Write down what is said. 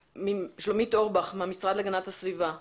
עמדת המשרד שיש לתת את הדעת בסוגיית הריסון,